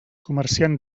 comerciant